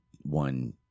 one